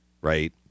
right